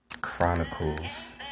Chronicles